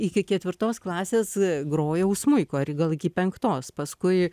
iki ketvirtos klasės grojau smuiku ar gal iki penktos paskui